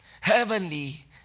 heavenly